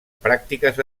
pràctiques